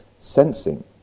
sensing